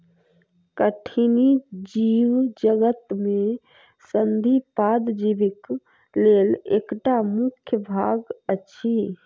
कठिनी जीवजगत में संधिपाद जीवक लेल एकटा मुख्य भाग अछि